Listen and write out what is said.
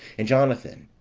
and jonathan,